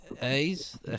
A's